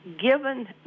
given